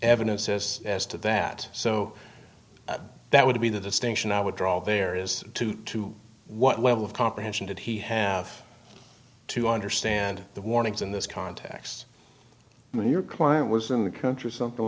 evidence as as to that so that would be the distinction i would draw all there is to to what level of comprehension did he have to understand the warnings in this context when your client was in the country or something